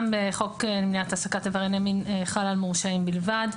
גם חוק למניעת העסקת עברייני מין חל על מורשעים בלבד.